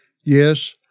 Yes